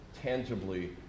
tangibly